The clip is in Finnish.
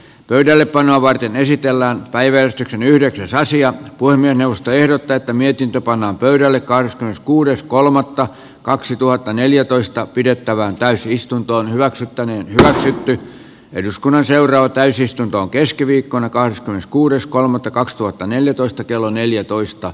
pöydällepanoa varten esitellään päivetyksen yhden saisi ja voimien johto ehdottaa että mietintö pannaan pöydälle kahdeskymmeneskuudes kolmannetta kaksituhattaneljätoista pidettävään täysistunto hyväksyttäneen sai siipi eduskunnan seuraava täysistuntoon keskiviikkona kahdeskymmeneskuudes ckolme te kaksituhattaneljätoista kello neljätoista